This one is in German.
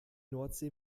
nordsee